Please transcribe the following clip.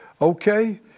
Okay